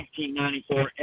1994